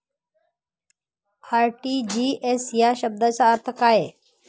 RTGS या शब्दाचा अर्थ काय?